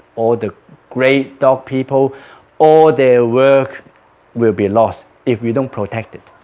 all the great dog people all their work will be lost if we don't protect it